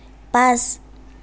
পাঁচ